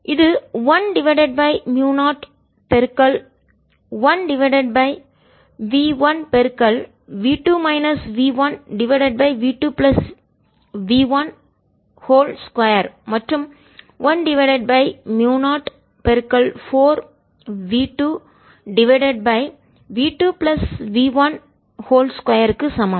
இது 1 divided by mu 0 1 divided by v1 v2 minus v1 divided by v2 plus v1 2 மற்றும் 1 divided by mu 0 4 v2 divided by v2 plus v1 2 க்கு சமம்